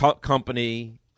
Company